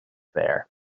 there